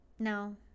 No